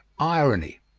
irony.